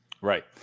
Right